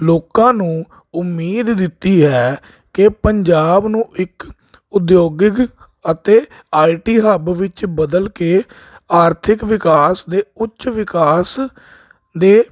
ਲੋਕਾਂ ਨੂੰ ਉਮੀਦ ਦਿੱਤੀ ਹੈ ਕਿ ਪੰਜਾਬ ਨੂੰ ਇੱਕ ਉਦਯੋਗਿਕ ਅਤੇ ਆਈਟੀ ਹੱਬ ਵਿੱਚ ਬਦਲ ਕੇ ਆਰਥਿਕ ਵਿਕਾਸ ਦੇ ਉੱਚ ਵਿਕਾਸ ਦੇ